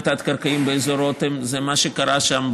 התת-קרקעיים באזור רותם זה מה שקרה שם,